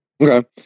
Okay